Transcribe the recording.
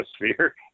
atmosphere